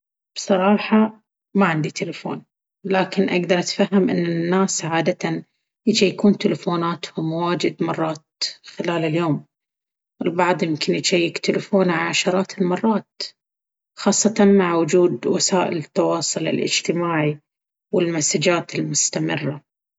بصراحة، ما عندي تلفون، لكن أقدر أتفهم إن الناس عادة يجيكون تلفوناتهم واجد مرات خلال اليوم. البعض يمكن يجييك تلفونه عشرات المرات، خاصةً مع وجود وسائل التواصل الاجتماعي والمسجات المستمرة.